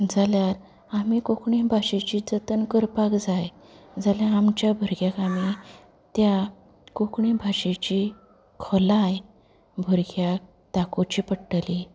जाल्यार आमी कोंकणी भाशेची जतन करपाक जाय जाल्यार आमच्या भुरग्यांक आमी त्या कोंकणी भाशेची खोलाय भुरग्यांक दाखोवची पडटली